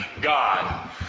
god